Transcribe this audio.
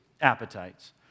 appetites